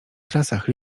trasach